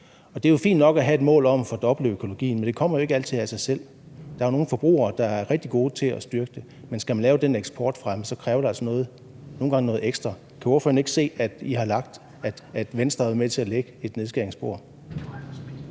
Det er fint nok at have et mål om at fordoble økologien, men det kommer jo ikke altid af sig selv. Der er nogle forbrugere, der er rigtig gode til at styrke det, men skal man lave den eksportfremme, kræver det altså nogle gange noget ekstra. Kan ordføreren ikke se, at Venstre har været med til at lægge et nedskæringsspor?